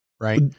right